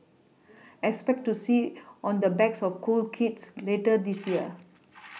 expect to see on the backs of cool kids later this year